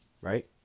right